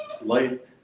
light